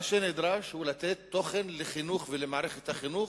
מה שנדרש הוא לתת תוכן לחינוך ולמערכת החינוך,